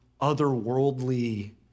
otherworldly